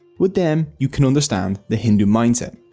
with them you can understand the hindu mindset.